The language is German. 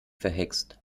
verhext